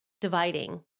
dividing